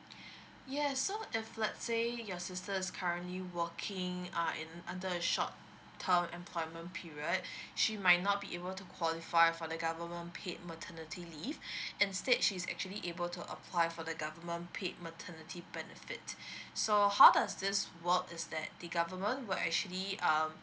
yes so if let say your sister is currently working uh in under a short term employment period she might not be able to qualify for the government paid maternity leave instead she's actually able to apply for the government paid maternity benefits so how does this work is that the government will actually um